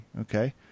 Okay